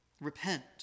repent